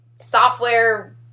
software